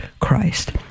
Christ